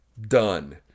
Done